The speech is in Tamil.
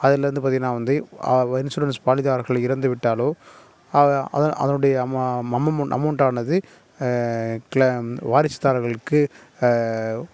அதிலருந்து பார்த்தீங்கன்னா வந்து வ இன்ஷூரன்ஸ் பாலிசியார்கள் இறந்து விட்டாலோ அதை அதனுடைய அம்மா அம்மமொன் அமௌண்ட்டானது கிள வாரிசுதாரர்களுக்கு